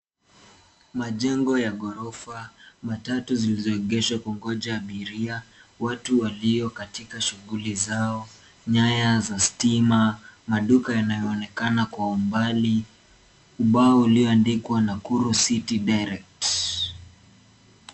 Majengo ya gorofa. Matatu zilizoegeshwa kungoja abiria. Watu walio katika shughuli zao. Nyaya za stima. Maduka yanayoonekana kwa umbali, ubao ulioandikwa Nakuru City Direct.